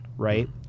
right